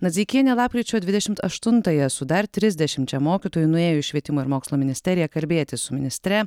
nadzeikienė lapkričio dvidešimt aštuntąją su dar trisdešimčia mokytojų nuėjo į švietimo ir mokslo ministeriją kalbėtis su ministre